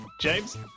James